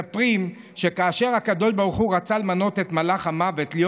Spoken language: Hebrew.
מספרים שכאשר הקדוש ברוך הוא רצה למנות את מלאך המוות להיות